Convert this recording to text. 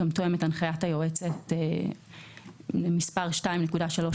וזה תואם גם את הנחיית היועצת מספר 2.3203